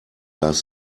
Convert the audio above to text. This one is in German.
las